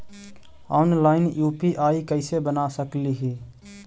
Online UPI कैसे बना सकली ही?